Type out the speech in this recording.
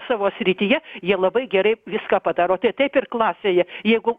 savo srityje jie labai gerai viską padaro tai taip ir klasėje jeigu